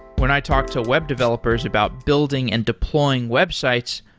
when i talk to web developers about building and deploying websites,